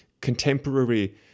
contemporary